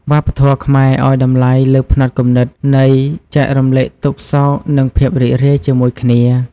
វប្បធម៌ខ្មែរឲ្យតម្លៃលើផ្នត់គំនិតនៃ«ចែករំលែកទុក្ខសោកនិងភាពរីករាយជាមួយគ្នា»។